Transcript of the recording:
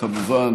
כמובן,